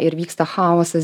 ir vyksta chaosas